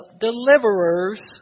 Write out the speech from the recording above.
deliverers